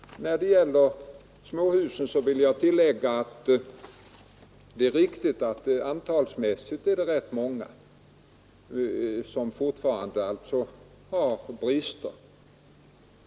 När det gäller småhusen vill jag tillägga att det är riktigt att rätt många fortfarande har brister.